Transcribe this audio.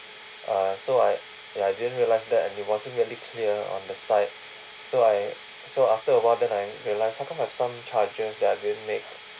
uh so I I didn't realise that and it wasn't really clear on the site so I so after awhile then I realise how come I have some charges that I didn't make